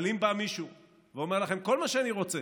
אבל אם בא מישהו ואומר לכם: כל מה שאני רוצה